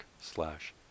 slash